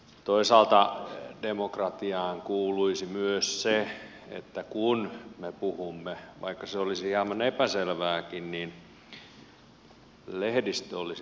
toisaalta demokratiaan kuuluisi myös se että kun me puhumme vaikka se olisi hieman epäselvääkin niin lehdistö olisi